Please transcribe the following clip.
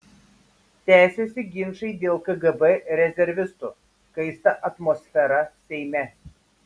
tęsiasi ginčai dėl kgb rezervistų kaista atmosfera seime